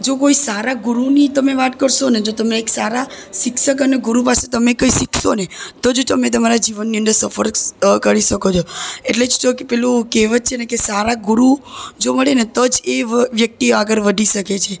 જો કોઈ સારા ગુરુની તમે વાત કરશો ને જો તમે એક સારા શિક્ષક અને ગુરુ પાસે તમે કંઈ શીખશોને તો જ તમે તમારા જીવનની અંદર સફળ કરી શકો છો એટલે જ તો કે પેલું કહેવત છે ને કે સારા ગુરુ જો મળે ને તો જ એ વ્યક્તિ આગળ વધી શકે છે